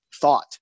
thought